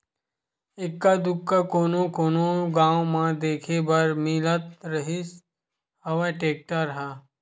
एक्का दूक्का कोनो कोनो गाँव म देखे बर मिलत रिहिस हवय टेक्टर ह